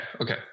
okay